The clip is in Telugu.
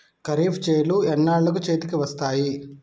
ఖరీఫ్ చేలు ఎన్నాళ్ళకు చేతికి వస్తాయి?